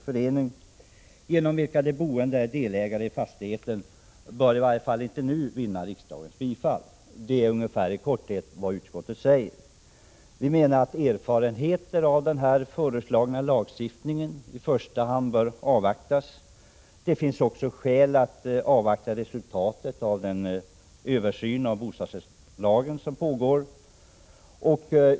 förening, genom vilken de boende är delägare i fastigheten, bör inte nu vinna riksdagens bifall. Det är i korthet vad utskottet säger. Vi menar att erfarenheterna av den föreslagna lagstiftningen bör avvaktas. Det finns också skäl att avvakta resultatet av den översyn av bostadsrättslagen som pågår.